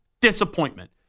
disappointment